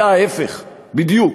היה ההפך בדיוק.